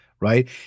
right